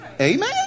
Amen